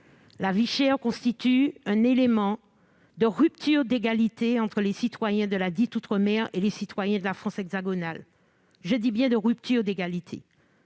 La vie chère constitue un élément de rupture d'égalité entre les citoyens d'outre-mer et ceux de la France hexagonale. Je parle bien de rupture d'égalité